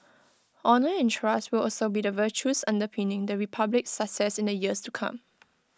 honour and trust will also be the virtues underpinning the republic's success in the years to come